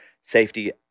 safety